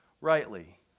rightly